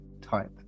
type